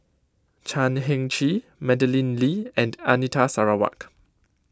Chan Heng Chee Madeleine Lee and Anita Sarawak